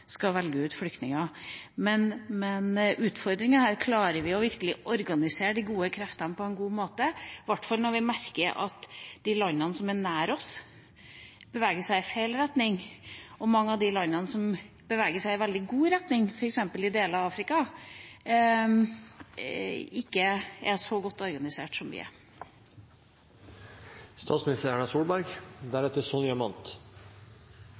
velge ut flyktninger. Men utfordringen her er om vi virkelig klarer å organisere de gode kreftene på en god måte, i hvert fall når vi merker at de landene som er nær oss, beveger seg i feil retning, og når mange av de landene som beveger seg i veldig god retning, f.eks. deler av Afrika, ikke er så godt organisert som oss. Jeg er